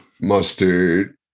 mustard